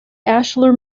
ashlar